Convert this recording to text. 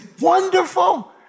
wonderful